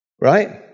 right